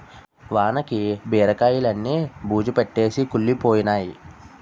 వానకి బీరకాయిలన్నీ బూజుపట్టేసి కుళ్లిపోయినై